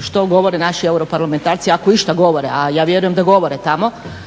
što govore naši europarlamentarci ako išta govore, a ja vjerujem da govore tamo,